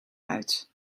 uit